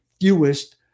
fewest